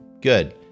good